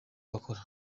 bakora